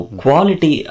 quality